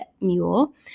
mule